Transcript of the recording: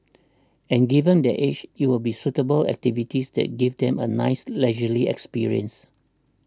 and given their age it will be suitable activities that give them a nice leisurely experience